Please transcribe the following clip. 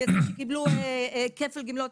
יצא שקיבלו כפל גמלאות.